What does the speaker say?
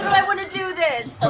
i want to do this?